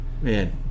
Man